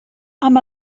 amb